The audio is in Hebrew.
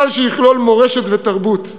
סל שיכלול מורשת ותרבות,